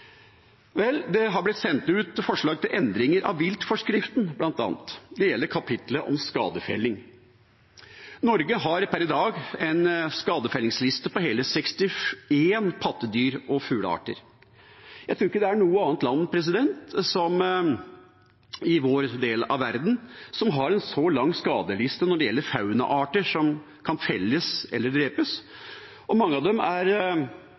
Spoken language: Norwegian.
Vel, det har blitt sendt ut forslag til endringer av viltforskriften bl.a. Det gjelder kapitlet om skadefelling. Norge har per i dag en skadefellingsliste på hele 61 pattedyr- og fuglearter. Jeg tror ikke det er noe annet land i vår del av verden som har en så lang skadeliste når det gjelder faunaarter som kan felles eller drepes. Mange av dem som er